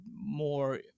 more